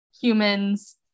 humans